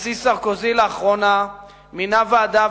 הנשיא סרקוזי מינה לאחרונה ועדה,